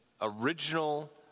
original